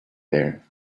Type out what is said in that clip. there